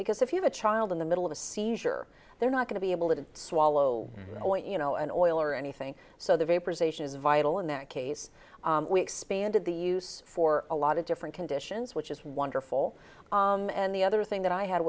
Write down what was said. because if you have a child in the middle of a seizure they're not going to be able to swallow i want you know an oil or anything so the vaporization is vital in that case we expanded the use for a lot of different conditions which is wonderful and the other thing that i had